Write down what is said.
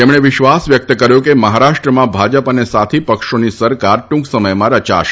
તેમણે વિશ્વાસ વ્યકત કર્યો કે મહારાષ્ટ્રમાં ભાજપ અને સાથી પક્ષોની સરકાર ટુંક સમથમાં રચાશે